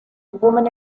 woman